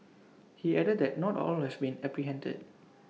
he added that not all have been apprehended